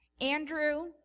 Andrew